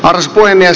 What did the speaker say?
arvoisa puhemies